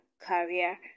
career